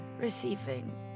receiving